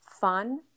fun